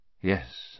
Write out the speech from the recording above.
Yes